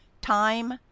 time